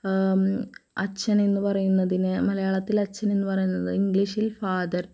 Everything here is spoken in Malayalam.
അച്ഛനെന്ന് പറയുന്നതിന് മലയാളത്തിൽ അച്ഛനെന്ന് പറയുന്നത് ഇംഗ്ലീഷിൽ ഫാദർ